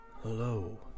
Hello